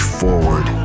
forward